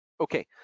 Okay